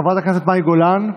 חברת הכנסת מאי גולן,